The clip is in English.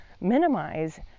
minimize